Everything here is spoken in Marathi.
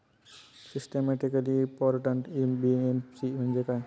सिस्टमॅटिकली इंपॉर्टंट एन.बी.एफ.सी म्हणजे काय?